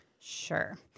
Sure